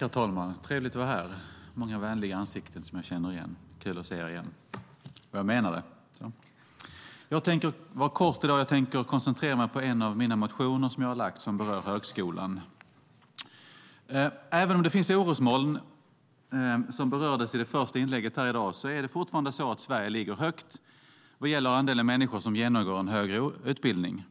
Herr talman! Trevligt att vara här! Det är många vänliga ansikten som jag känner igen. Kul att se er igen! Och jag menar det. Jag tänker fatta mig kort i dag. Jag tänker koncentrera mig på en av de motioner jag har väckt som berör högskolan. Även om det finns orosmoln, som berördes i det första inlägget i dag, är det fortfarande så att Sverige ligger högt vad gäller andelen människor som genomgår en högre utbildning.